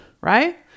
right